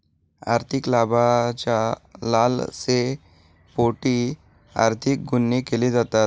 आर्थिक लाभाच्या लालसेपोटी आर्थिक गुन्हे केले जातात